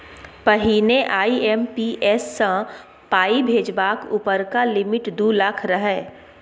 पहिने आइ.एम.पी.एस सँ पाइ भेजबाक उपरका लिमिट दु लाख रहय